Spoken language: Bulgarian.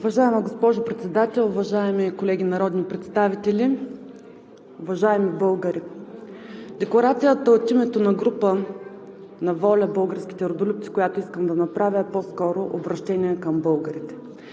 Уважаема госпожо Председател, уважаеми колеги народни представители, уважаеми българи! Декларацията от името на групата на „ВОЛЯ – Българските Родолюбци“, която искам да направя, е по-скоро обръщение към българите.